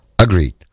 Agreed